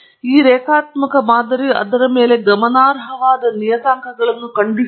ಈ ರೇಖಾತ್ಮಕ ಮಾದರಿಯು ಅದರ ಮೇಲೆ ಗಮನಾರ್ಹವಾದ ನಿಯತಾಂಕಗಳನ್ನು ಕಂಡುಹಿಡಿದಿದೆ